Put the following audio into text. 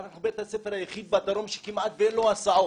אנחנו בית הספר היחיד בדרום שכמעט ואין לו הסעות,